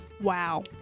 Wow